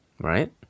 right